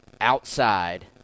outside